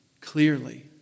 clearly